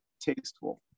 tasteful